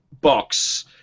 box